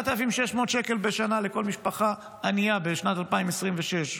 7,600 שקל בשנה לכל משפחה ענייה בשנת 2026,